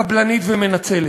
קבלנית ומנצלת,